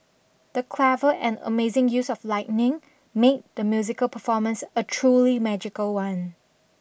the clever and amazing use of lightning made the musical performance a truly magical one